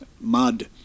mud